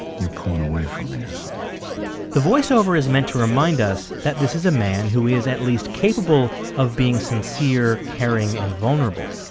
you're pulling away from me, or something the voice-over is meant to remind us that this is a man who is at least capable of being sincere caring and vulnerable.